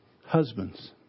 Husbands